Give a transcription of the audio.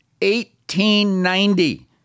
1890